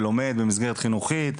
ולומד במסגרת חינוכית,